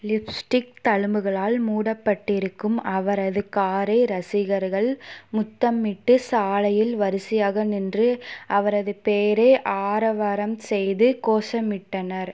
lipstick தழும்புகளால் மூடப்பட்டிருக்கும் அவரது காரை ரசிகர்கள் முத்தமிட்டு சாலையில் வரிசையாக நின்று அவரது பெயரை ஆரவாரம் செய்து கோஷமிட்டனர்